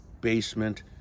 basement